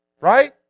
right